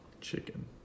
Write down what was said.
Chicken